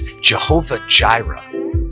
Jehovah-Jireh